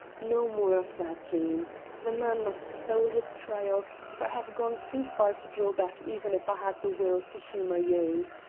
no more of that, jean the man must thole his trial, for i have gone too far to draw back even if i had the will to humour you.